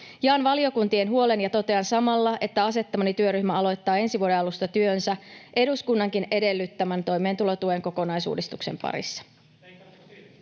Jaan valiokuntien huolen ja totean samalla, että asettamani työryhmä aloittaa ensi vuoden alusta työnsä eduskunnankin edellyttämän toimeentulotuen kokonaisuudistuksen parissa.